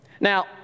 Now